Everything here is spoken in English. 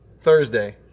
Thursday